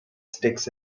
sticks